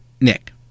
Nick